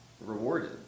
rewarded